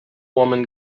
woman